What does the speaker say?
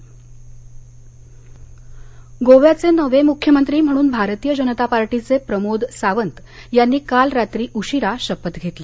गोवा मख्यमंत्री गोव्याचे नवे मुख्यमंत्री म्हणून भारतीय जनता पार्टीचे प्रमोद सावंत यांनी काल रात्री उशिरा शपथ घेतली